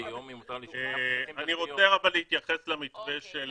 ------- אבל אני רוצה להתייחס למתווה של